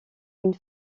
une